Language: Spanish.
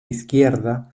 izquierda